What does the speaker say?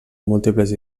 múltiples